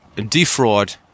defraud